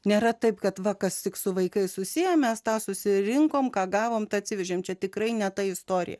nėra taip kad va kas tik su vaikais susiję mes tą susirinkome ką gavome tą atsivežėme čia tikrai ne ta istorija